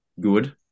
good